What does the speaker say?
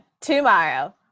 Tomorrow